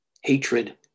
Hatred